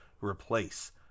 replace